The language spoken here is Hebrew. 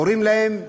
קוראים להם,